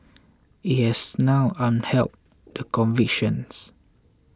it has now upheld the convictions